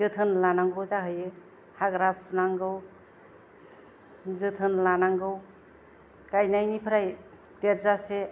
जोथोन लानांगौ जाहैयो हाग्रा फुनांगौ जोथोन लानांगौ गायनायनिफ्राय देरजासे